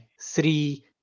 three